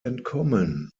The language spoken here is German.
entkommen